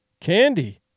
candy